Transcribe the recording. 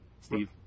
Steve